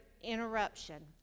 interruption